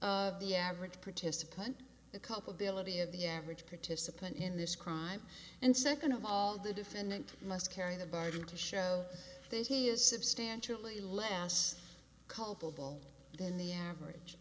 of the average participant the culpability of the average participant in this crime and second of all the defendant must carry the burden to show that he is substantially less culpable than the average